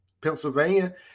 Pennsylvania